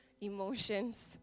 emotions